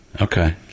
Okay